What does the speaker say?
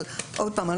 אבל עוד פעם,